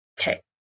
Okay